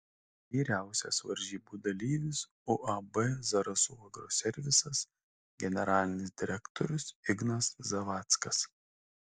vyriausias varžybų dalyvis uab zarasų agroservisas generalinis direktorius ignas zavackas